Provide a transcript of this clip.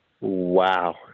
Wow